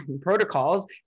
protocols